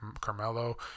Carmelo